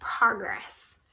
progress